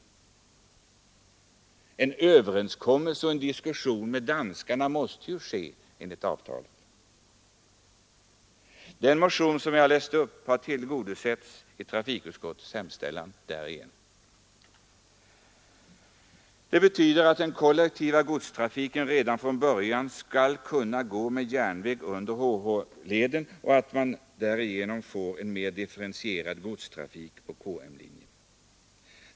En överenskommelse och en diskussion med danskarna måste ske enligt avtal. Yrkandet i vår motion har tillgodosetts i trafikutskottets hemställan. Det betyder att den kollektiva godstrafiken redan från början skall kunna gå med järnväg under HH-tunneln och att man därigenom får en mera differentierad godstrafik på KM-leden.